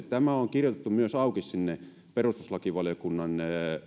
tämä on myös kirjoitettu auki sinne perustuslakivaliokunnan